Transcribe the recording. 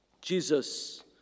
Jesus